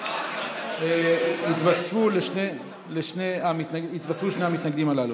התווספו שני המתנגדים הללו.